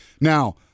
now